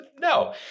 No